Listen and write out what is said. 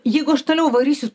jeigu aš toliau varysiu